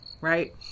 right